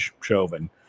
Chauvin